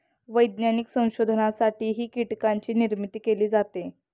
वैज्ञानिक संशोधनासाठीही कीटकांची निर्मिती केली जाते